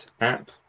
app